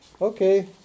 Okay